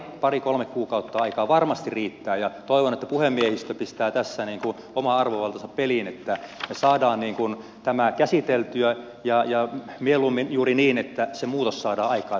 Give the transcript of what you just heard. pari kolme kuukautta aikaa varmasti riittää ja toivon että puhemiehistö pistää tässä oman arvovaltansa peliin että me saamme tämän käsiteltyä ja mieluummin juuri niin että se muutos saadaan aikaan